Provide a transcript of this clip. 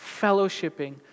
fellowshipping